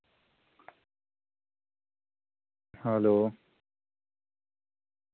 hello